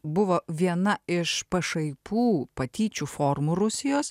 buvo viena iš pašaipų patyčių formų rusijos